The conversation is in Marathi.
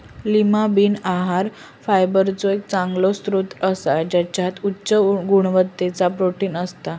लीमा बीन आहार फायबरचो एक चांगलो स्त्रोत असा त्याच्यात उच्च गुणवत्तेचा प्रोटीन असता